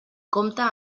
compta